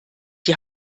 die